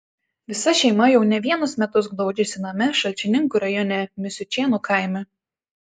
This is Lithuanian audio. visa šeima jau ne vienus metus glaudžiasi name šalčininkų rajone misiučėnų kaime